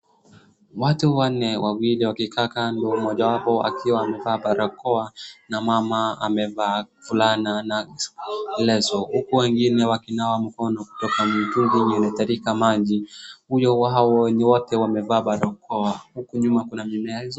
Watu wanne wawili wakikaa kando mojawapo akiwa amevaa barakoa na mama amevaa fulana na leso. Huku wengine wakinawa mkono kutoka mtungi yenye inatirika maji. Huyo wao ni wote wamevaa barakoa. Huku nyuma kuna mimea.